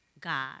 God